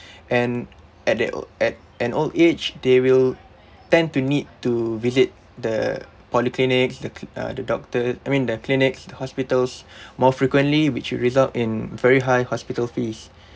and at that o~ at an old age they will tend to need to visit the polyclinic the cl~ uh the doctor I mean the clinics the hospitals more frequently which will result in very high hospital fees